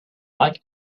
like